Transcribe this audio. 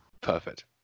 Perfect